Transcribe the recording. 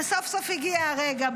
וסוף-סוף הגיע הרגע.